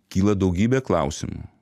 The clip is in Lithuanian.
kyla daugybė klausimų